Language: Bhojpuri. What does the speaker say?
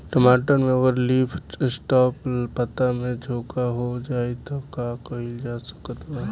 टमाटर में अगर लीफ स्पॉट पता में झोंका हो जाएँ त का कइल जा सकत बा?